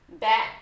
back